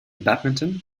badminton